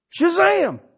Shazam